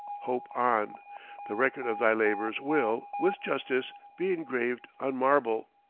hope on the record of thy labours will, with justice, be engraved on marble